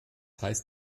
heißt